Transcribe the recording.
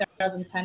2010